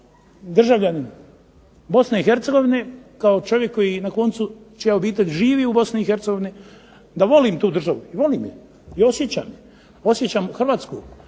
državljanin Bosne i Hercegovine čija obitelj živi u Bosni i Hercegovini, da volim tu državu, volim je. Osjećam Hrvatsku